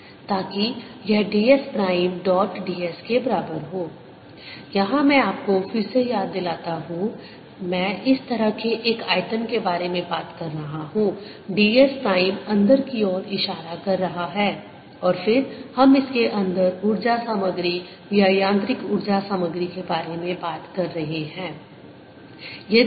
10EBSEnergy flowarea×time ताकि यह ds prime dot d s के बराबर हो जहां मैं आपको फिर से याद दिलाता हूं मैं इस तरह के एक आयतन के बारे में बात कर रहा हूं ds प्राइम अंदर की ओर इशारा कर रहा है और फिर हम इसके अंदर ऊर्जा सामग्री और यांत्रिक ऊर्जा सामग्री के बारे में बात कर रहे हैं मात्रा